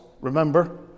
remember